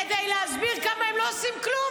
כדי להסביר כמה הם לא עושים כלום,